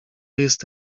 jest